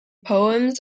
poems